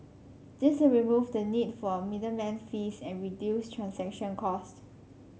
this will remove the need for middleman fees and reduce transaction cost